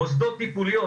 מוסדות טיפוליים